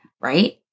right